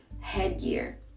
headgear